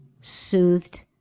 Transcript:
soothed